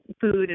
food